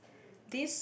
this